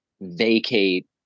vacate